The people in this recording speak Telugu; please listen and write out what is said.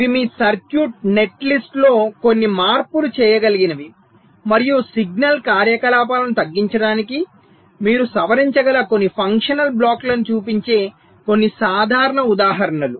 ఇవి మీ సర్క్యూట్ నెట్లిస్ట్లో కొన్ని మార్పులు చేయగలిగినవి మరియు సిగ్నల్ కార్యకలాపాలను తగ్గించడానికి మీరు సవరించగల కొన్ని ఫంక్షనల్ బ్లాక్లను చూపించే కొన్ని సాధారణ ఉదాహరణలు